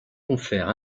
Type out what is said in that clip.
confère